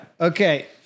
Okay